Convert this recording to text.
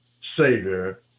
savior